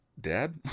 Dad